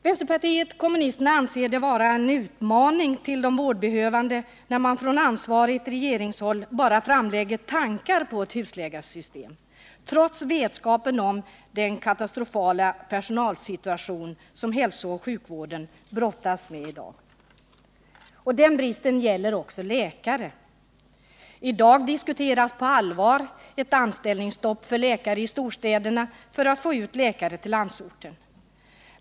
Vänsterpartiet kommunisterna anser att det är en utmaning mot de vårdbehövande när man på ansvarigt regeringshåll framlägger tankar på ett husläkarsystem, trots vetskapen om den katastrofala personalsituation som hälsooch sjukvården brottas med. Bristen gäller också läkare. I dag diskuteras på allvar ett anställningsstopp för läkare i storstäderna för att få ut läkare till landsorten.